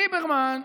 ליברמן,